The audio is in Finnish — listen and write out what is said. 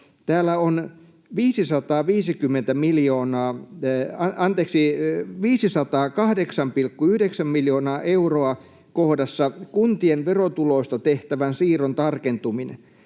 täällä on 508,9 miljoonaa euroa kohdassa ”Kuntien verotuloista tehtävän siirron tarkentuminen”.